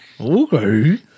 Okay